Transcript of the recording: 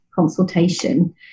consultation